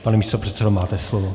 Pane místopředsedo, máte slovo.